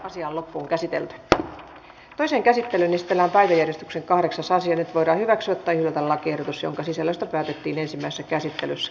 asia on loppuunkäsitelty tämän toisen käsittelyn ystävää tai järistyksen kahdeksassa siriporra soittajilta lakiehdotus jonka sisällöstä asian käsittely päättyi